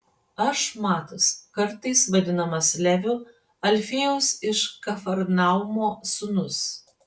aš matas kartais vadinamas leviu alfiejaus iš kafarnaumo sūnus